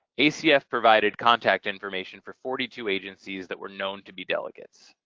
acf provided contact information for forty two agencies that were known to be delegates.